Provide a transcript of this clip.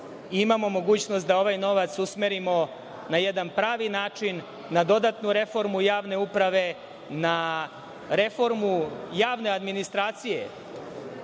imamo mogućnost da ovaj novac usmerimo na jedan pravi način, na dodatnu reformu javne uprave, na reformu javne administracije